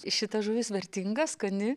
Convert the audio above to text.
šita žuvis vertinga skani